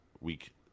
week